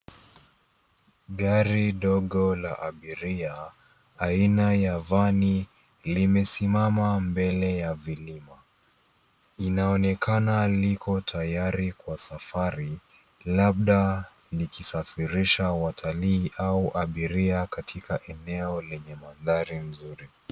Gari dogo la abiria aina ya vani limesimama mbele ya vilima. Inaonekanaliko tayari kwa safari, labda likisafirisha watalii au abiria katika eneo lenye mandhari nzuri.